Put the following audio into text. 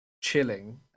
chilling